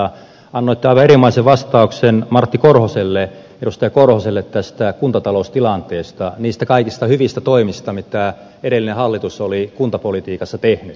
annoitte aivan erinomaisen vastauksen edustaja martti korhoselle tästä kuntataloustilanteesta niistä kaikista hyvistä toimista mitä edellinen hallitus oli kuntapolitiikassa tehnyt